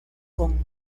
con